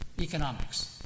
economics